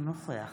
אינו נוכח